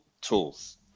tools